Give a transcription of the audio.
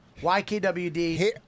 YKWD